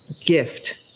gift